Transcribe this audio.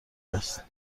است